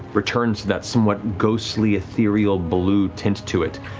returns that somewhat ghostly, ethereal blue tint to it.